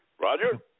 Roger